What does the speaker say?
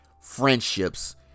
friendships